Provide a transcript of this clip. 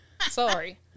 Sorry